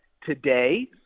today